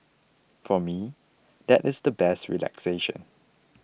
for me that is the best relaxation